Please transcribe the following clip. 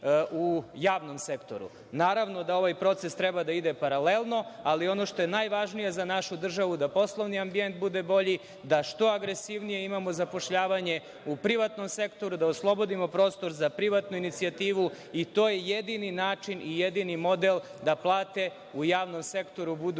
u javnom sektoru. Naravno, ovaj proces treba da ide paralelno, ali ono što je najvažnije za našu državu je da poslednji ambijent bude bolji, da imamo što agresivnije zapošljavanje u privatnom sektoru, da oslobodimo prostor za privatnu inicijativu i to je jedini način i jedini model da plate u javnom sektoru budu bolje,